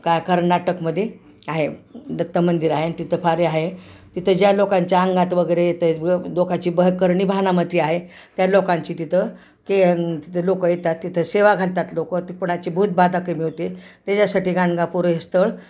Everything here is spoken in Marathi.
का कर्नाटकमध्ये आहे दत्त मंदिर आहे आणि तिथं फार हे आहे तिथं ज्या लोकांच्या अंगात वगैरे येतं व लोकाची बह करणी भानामती आहे त्या लोकांची तिथं के तिथं लोक येतात तिथं सेवा घालतात लोक तर कुणाची भूतबाधा कमी होते त्याच्यासाठी गाणगापूर हे स्थळ